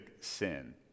sin